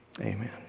amen